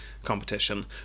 competition